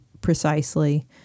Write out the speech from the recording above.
precisely